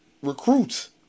recruits